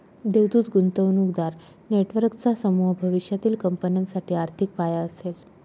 देवदूत गुंतवणूकदार नेटवर्कचा समूह भविष्यातील कंपन्यांसाठी आर्थिक पाया असेल